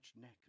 neck